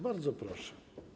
Bardzo proszę.